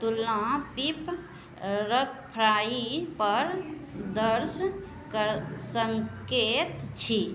तुलना पिप रक फ्राई पर दर्स सकैत छी